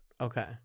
Okay